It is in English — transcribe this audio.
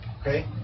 okay